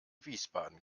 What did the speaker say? wiesbaden